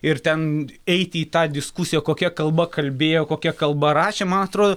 ir ten eiti į tą diskusiją kokia kalba kalbėjo kokia kalba rašė man atrodo